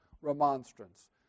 remonstrance